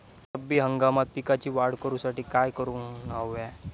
रब्बी हंगामात पिकांची वाढ करूसाठी काय करून हव्या?